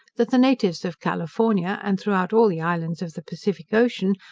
that the natives of california, and throughout all the islands of the pacific ocean,